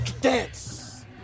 dance